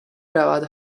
رود